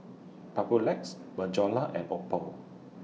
Papulex Bonjela and Oppo